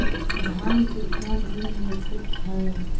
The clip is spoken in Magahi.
धान केतना दिन में फुट है?